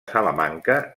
salamanca